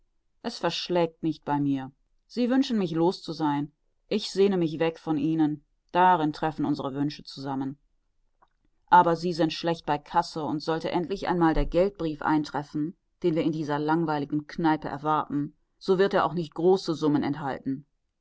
es verschlägt nicht bei mir sie wünschen mich los zu sein ich sehne mich weg von ihnen darin treffen unsere wünsche zusammen aber sie sind schlecht bei casse und sollte endlich einmal der geldbrief eintreffen den wir in dieser langweiligen kneipe erwarten so wird er auch nicht große summen enthalten